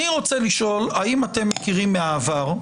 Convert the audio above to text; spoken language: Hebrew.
אני רוצה לשאול האם אתם מכירים מהעבר,